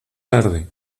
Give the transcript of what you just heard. tarde